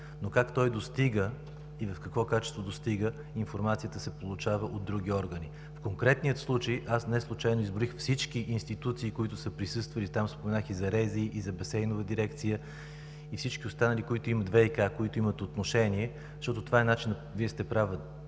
но как той достига и в какво качество достига, информацията се получава от други органи. В конкретния случай неслучайно изброих всички институции, които са присъствали там – споменах и за РЗИ, и за „Басейнова дирекция“, ВиК и всички останали, които имат отношение, защото това е начинът. Вие сте права,